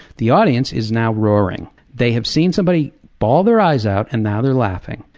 the audience is now roaring, they have seen somebody ball their eyes out, and now they're laughing.